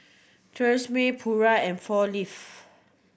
Tresemme Pura and Four Leave